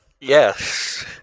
Yes